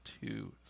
two